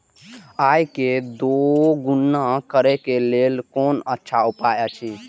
आय के दोगुणा करे के लेल कोन अच्छा उपाय अछि?